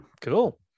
Cool